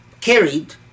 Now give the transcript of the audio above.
carried